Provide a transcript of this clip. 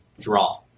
draw